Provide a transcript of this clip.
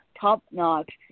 top-notch